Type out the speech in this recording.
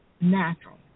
Natural